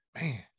man